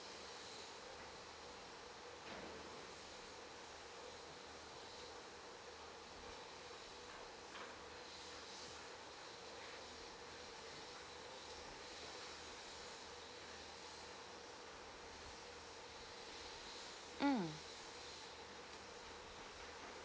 mm